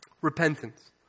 Repentance